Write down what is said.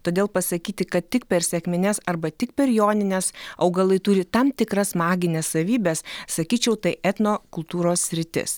todėl pasakyti kad tik per sekmines arba tik per jonines augalai turi tam tikras magines savybes sakyčiau tai etnokultūros sritis